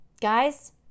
guys